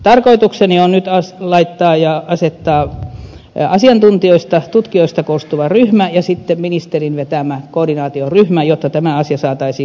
tarkoitukseni on nyt asettaa asiantuntijoista tutkijoista koostuva ryhmä ja sitten ministerin vetämä koordinaatioryhmä jotta tämä asia saataisiin kuntoon